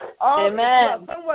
Amen